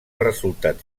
resultat